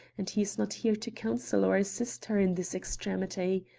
and he is not here to counsel or assist her in this extremity.